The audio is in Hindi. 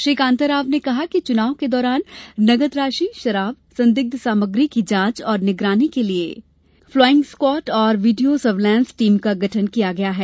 श्री कांताराव ने कहा कि चुनाव के दौरान नगद राशि शराब संदिग्ध सामग्री की जांच और निगरानी के लिये फलाइंग स्कॉट और वीडियो सर्वलेंस टीम का गठन किया गया है